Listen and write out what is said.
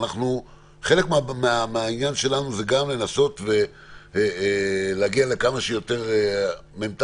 שחלק מהעניין שלנו זה גם לנסות ולהגיע לכמה שיותר מ"ת